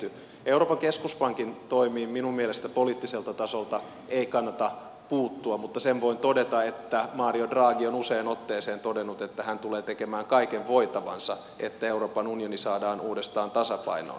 euroopan keskuspankin toimiin minun mielestäni poliittiselta tasolta ei kannata puuttua mutta sen voin todeta että mario draghi on useaan otteeseen todennut että hän tulee tekemään kaiken voitavansa että euroopan unioni saadaan uudestaan tasapainoon